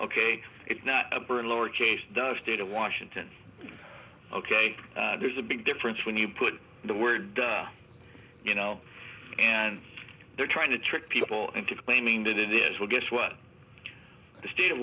ok it's not a burden lower case the state of washington ok there's a big difference when you put the word you know and they're trying to trick people into claiming that it is well guess what the state of